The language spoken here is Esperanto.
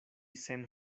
sen